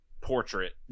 portrait